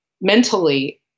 mentally